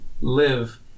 live